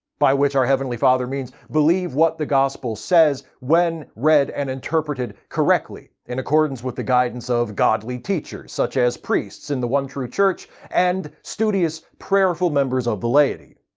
by which our heavenly father means, believe what the gospel says when read and interpreted correctly, in accordance with the guidance of godly teachers such as priests of the one true church, and studious, prayerful members of the laiety.